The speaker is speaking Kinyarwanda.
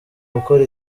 gukora